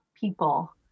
people